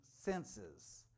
senses